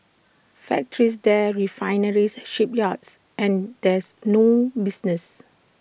factories there refineries shipyards and there's no business